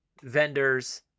vendors